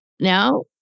now